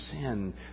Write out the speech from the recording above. sin